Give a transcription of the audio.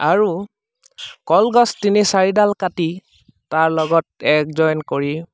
আৰু কলগছ তিনি চাৰিডাল কাটি তাৰ লগত একজইন কৰি